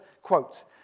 quote